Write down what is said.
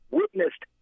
witnessed